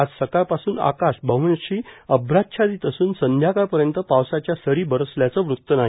आज सकाळ पासून आकाश बव्हंशी आभ्राच्छादित असून संध्याकाळपर्यंत पावसाच्या सरी बरसल्याचं वृत्त नाही